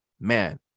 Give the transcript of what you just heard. man